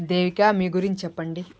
దేవికా మీ గురించి చెప్పండి